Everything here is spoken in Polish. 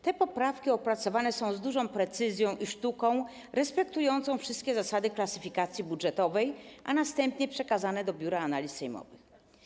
Te poprawki opracowywane są z dużą precyzją i sztuką respektującą wszystkie zasady klasyfikacji budżetowej, a następnie są przekazywane do Biura Analiz Sejmowych.